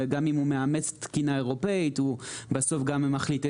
גם אם הוא מאמץ תקינה אירופאית הוא בסוף גם מחליט,